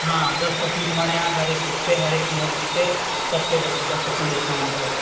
हाँ दस परसेंट हमारे यहाँ हर एक बुक पर हर एक नोटबुक पर सब पर दस दस परसेंट डिस्काउंट है